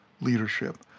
leadership